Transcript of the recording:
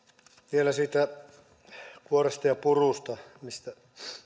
vielä siitä kuoresta ja purusta mistä